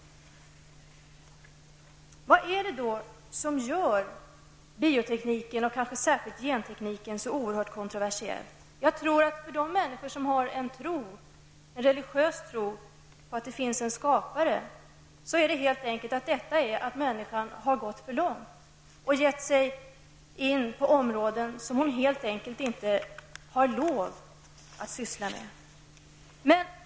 Vad är det som gör biotekniken och kanske särskilt gentekniken så oerhört kontroversiell? För de människor som har en religiös tro på att det finns en skapare, tror jag helt enkelt att det känns som om människan gått för långt och gett sig in på områden som hon helt enkelt inte har lov att syssla med.